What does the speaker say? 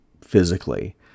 physically